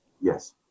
yes